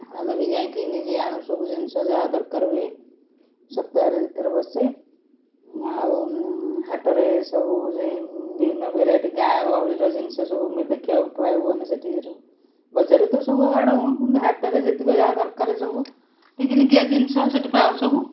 ଆମେ ବି ଯାଇଁକି ନିଜେ ଆଣୁ ସବୁ ଜିନିଷ ଯାହା ଦରକାର ହୁଏ ସପ୍ତାହରେ ଦୁଇଥର ବସେ ଆଉ ହାଟରେ ସବୁରେ ବିଭିନ୍ନ ଭେରାଇଟି ଗାଁଗହଳିର ଜିନିଷ ସବୁ ମି ଦେଖିବାକୁ ପାଇବୁ ଆମେ ସେଠିରୁ ବଜାରରେ ତ ସବୁ ଆଣଉ ସେମିତି ହାଟେରେ ଯେତିକ ଯାହା ଦରକାରେ ସବୁ ଟିକିନିକିଆ ଜିନଷ ସେଇଟୁ ପାଉ ସବୁ